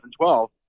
2012